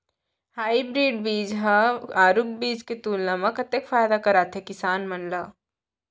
Hybrid बीज हा आरूग बीज के तुलना मा कतेक फायदा कराथे किसान मन ला?